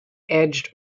edged